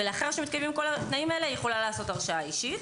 ולאחר שמתקיימים כל התנאים הללו היא יכולה לעשות הרשאה אישית.